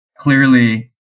Clearly